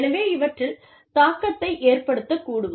எனவே இவற்றில் தாக்கத்தை ஏற்படுத்தக்கூடும்